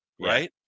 right